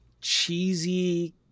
cheesy